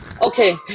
Okay